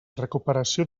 recuperació